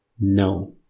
No